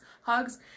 hugs